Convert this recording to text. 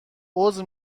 عذر